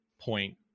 point